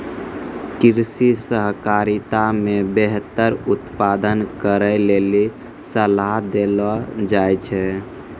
कृषि सहकारिता मे बेहतर उत्पादन करै लेली सलाह देलो जाय छै